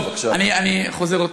אני חוזר.